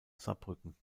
saarbrücken